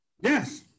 Yes